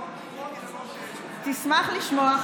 תשמח לשמוע,